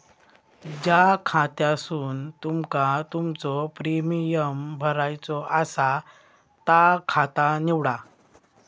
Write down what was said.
ज्या खात्यासून तुमका तुमचो प्रीमियम भरायचो आसा ता खाता निवडा